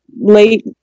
late